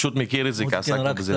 אני פשוט מכיר את זה, כי עסקתי בזה.